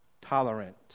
tolerant